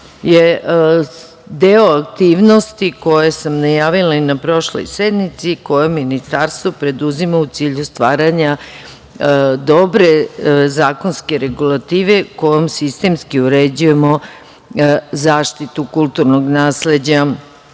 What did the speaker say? je deo aktivnosti koje sam najavila i na prošloj sednici, koje ministarstvo preduzima u cilju stvaranja dobre zakonske regulative kojom sistemski uređujemo zaštitu kulturnog nasleđa